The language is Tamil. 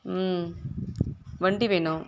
ம் வண்டி வேணும்